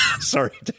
Sorry